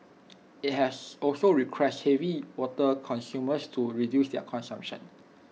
IT has also requested heavy water consumers to reduce their consumption